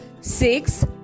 six